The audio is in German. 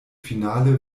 finale